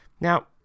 Now